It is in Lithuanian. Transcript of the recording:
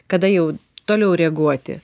kada jau toliau reaguoti